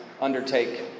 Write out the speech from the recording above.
undertake